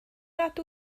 nad